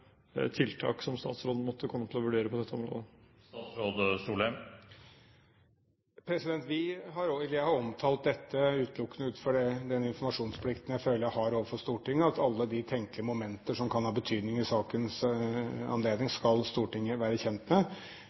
tiltak som statsråden måtte komme til å vurdere på dette området? Jeg har omtalt dette utelukkende ut fra den informasjonsplikten jeg føler jeg har overfor Stortinget, at Stortinget skal være kjent med alle de tenkelige momenter som kan ha betydning i sakens anledning. Vi vil selvsagt gjøre vårt ytterste for å finne løsninger her som er i tråd med